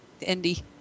Indy